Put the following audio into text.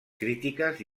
crítiques